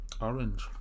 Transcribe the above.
Orange